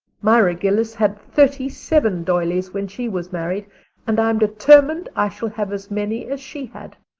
myra gillis had thirty-seven doilies when she was married and i'm determined i shall have as many as she had.